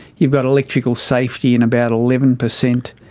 you've got electrical safety in about eleven percent,